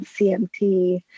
CMT